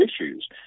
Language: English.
issues